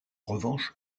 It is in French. revanche